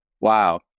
Wow